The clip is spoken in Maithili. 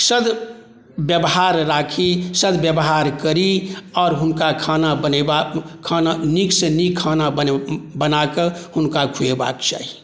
सद्व्यवहार राखी सद्व्यवहार करी आओर हुनका खाना बनेबा नीकसँ नीक खाना बनाके हुनका खुएबाक चाही